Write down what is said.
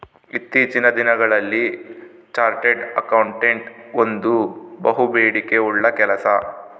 ಇತ್ತೀಚಿನ ದಿನಗಳಲ್ಲಿ chartered accountant ಒಂದು ಬಹುಬೇಡಿಕೆ ಉಳ್ಳ ಕೆಲಸ